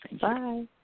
Bye